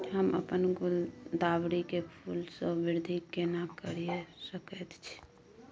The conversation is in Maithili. हम अपन गुलदाबरी के फूल सो वृद्धि केना करिये सकेत छी?